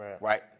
right